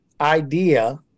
idea